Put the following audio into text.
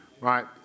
Right